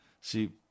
See